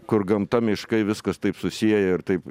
kur gamta miškai viskas taip susieja ir taip